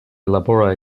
laboroj